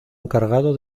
encargado